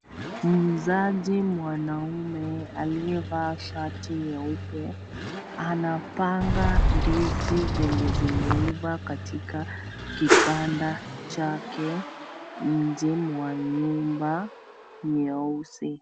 Muuzaji mwanaume aliyevaa shati nyeupe anapanga ndizi zenye zimeiva katika kibanda chake nje mwa nyumba nyeusi.